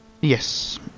yes